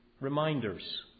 reminders